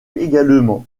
également